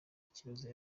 kibazo